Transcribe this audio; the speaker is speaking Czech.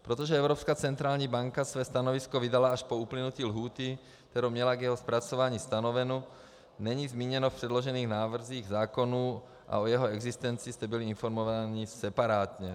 Protože Evropská centrální banka své stanovisko vydala až po uplynutí lhůty, kterou měla k jeho zpracování stanovenu, není zmíněno v předložených návrzích zákonů a o jeho existenci jste byli informováni separátně.